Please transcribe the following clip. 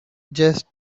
just